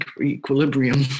equilibrium